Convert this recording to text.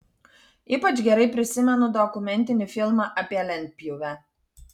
ypač gerai prisimenu dokumentinį filmą apie lentpjūvę